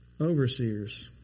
Overseers